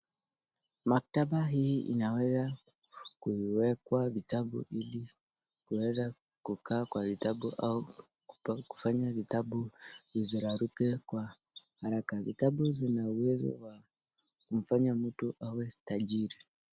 Maktaba hii inaweza kuwekwa vitabu ili kuweza kukaa kwa vitabu au kuweza kufanya vitabu ziraruke kwa haraka, vitabu zina uwezo wa kufanya mtu awe tajiri.